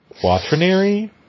Quaternary